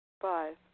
Five